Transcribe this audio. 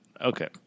Okay